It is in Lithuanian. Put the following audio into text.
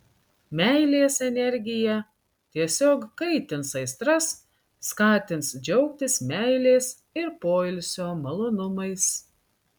meilės energija tiesiog kaitins aistras skatins džiaugtis meilės ir poilsio malonumais